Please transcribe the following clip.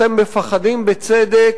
אתם מפחדים בצדק,